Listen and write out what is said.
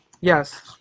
Yes